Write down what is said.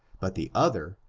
but the other,